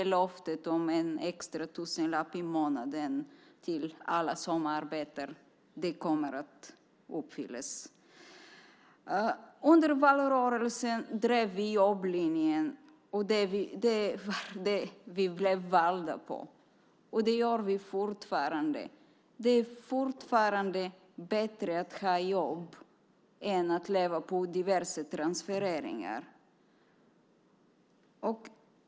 Löftet om en extra tusenlapp i månaden till alla som arbetar kommer att uppfyllas. Under valrörelsen drev vi jobblinjen. Den blev vi valda på, och den driver vi fortfarande. Det är fortfarande bättre att ha jobb än att leva på diverse transfereringar.